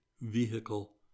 vehicle